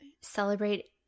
celebrate